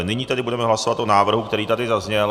Nyní tedy budeme hlasovat o návrhu, který tady zazněl.